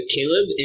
Caleb